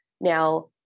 now